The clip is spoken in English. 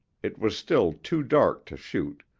it was still too dark to shoot,